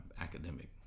academic